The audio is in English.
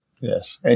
Yes